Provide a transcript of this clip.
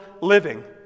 living